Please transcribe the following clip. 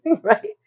right